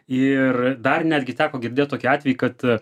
ir dar netgi teko girdėt tokį atvejį kad